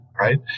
right